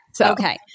Okay